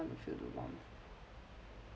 to feel the warmth